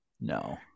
no